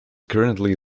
currently